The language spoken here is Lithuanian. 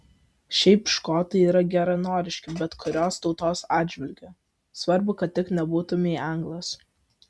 šiaip škotai yra geranoriški bet kurios tautos atžvilgiu svarbu tik kad nebūtumei anglas